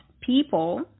people